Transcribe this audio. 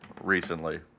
recently